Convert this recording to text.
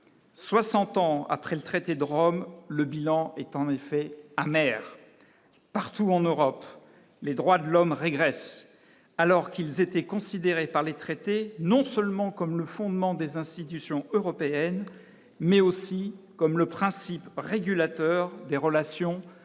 60 ans après le traité de Rome, le bilan est en effet mer partout en Europe, les droits de l'homme régresse, alors qu'ils étaient considérés par les traités, non seulement comme le fondement des institutions européennes, mais aussi comme le principe régulateur des relations avec nos